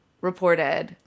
reported